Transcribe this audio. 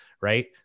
right